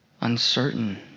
uncertain